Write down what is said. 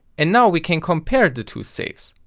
and now we can compare the two saves.